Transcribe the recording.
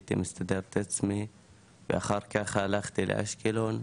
שהייתי מסדר את עצמי ואחר כך הלכתי לאשקלון,